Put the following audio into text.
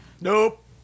Nope